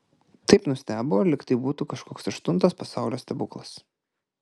taip nustebo lyg tai būtų kažkoks aštuntas pasaulio stebuklas